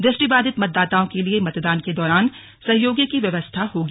दृष्टिबाधित मतदाताओं के लिए मतदान के दौरान सहयोगी की व्यवस्था होगी